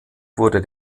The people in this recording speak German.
wurde